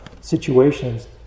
situations